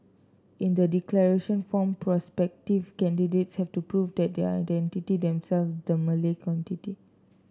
in the declaration form prospective candidates have to prove that they identity themselves with the Malay